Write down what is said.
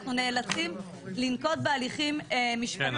אנחנו נאלצים לנקוט בהליכים משפטיים --- כן,